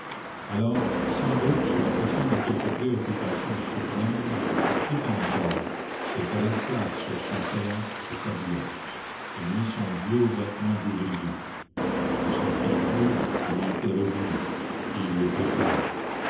alors sans doute sous la pression de quelque préoccupation suprême il fit un effort se dressa sur son séant et s'habilla il mit son vieux vêtement d'ouvrier ne sortant plus il y était revenu et il le préférait